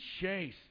chase